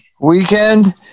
Weekend